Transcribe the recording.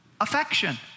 affection